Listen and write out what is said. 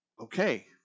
okay